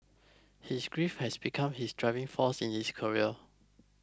his grief had become his driving force in his career